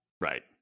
Right